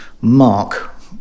mark